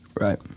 Right